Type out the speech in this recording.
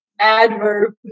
Adverb